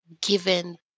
given